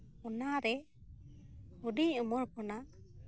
ᱚᱱᱟᱨᱮ ᱦᱩᱰᱤᱧ ᱩᱢᱮᱨ ᱠᱷᱚᱱᱟᱜ